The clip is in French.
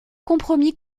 compromis